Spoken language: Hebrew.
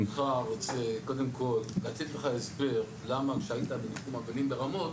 אני ברשותך רוצה קודם כל להציג לך הסבר למה כשהיית בניחום אבלים ברמות,